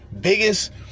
Biggest